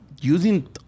using